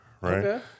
right